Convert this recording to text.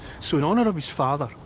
so in honour of his father,